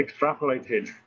extrapolated